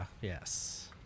yes